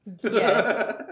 yes